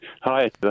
Hi